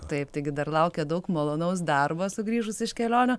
taip taigi dar laukia daug malonaus darbo sugrįžus iš kelionių